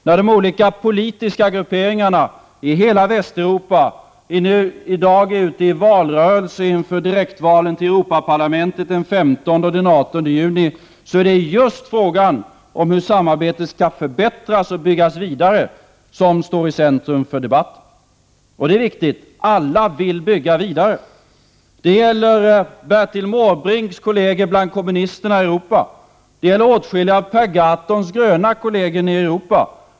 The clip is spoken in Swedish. När de olika politiska grupperingarna i hela Västeuropa i dag är ute i valrörelsen inför direktvalen till Europaparlamentet den 15—18 juni, är det just frågan om hur samarbetet skall förbättras och byggas vidare som står i centrum för debatten, och det är viktigt. Alla vill bygga vidare. Det gäller Bertil Måbrinks kolleger bland kommunisterna i Europa. Det gäller åtskilliga av Per Gahrtons gröna kolleger nere i Europa.